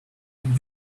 and